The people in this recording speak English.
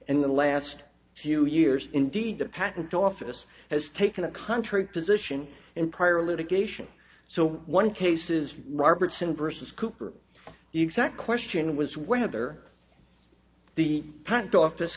and the last few years indeed the patent office has taken a contrary position in prior litigation so one case is robertson versus cooper the exact question was whether the patent office